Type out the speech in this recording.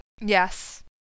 Yes